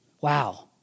wow